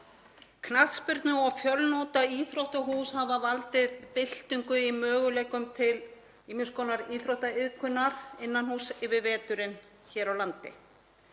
Knattspyrnu- og fjölnotaíþróttahús hafa valdið byltingu í möguleikum til ýmiss konar íþróttaiðkunar innan húss yfir veturinn hér á landi